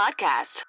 podcast